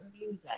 music